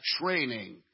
training